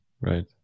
Right